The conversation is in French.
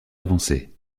avancées